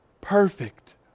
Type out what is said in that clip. perfect